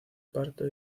parto